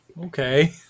Okay